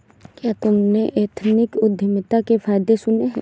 क्या तुमने एथनिक उद्यमिता के फायदे सुने हैं?